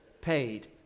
paid